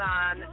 on